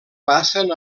passen